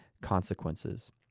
consequences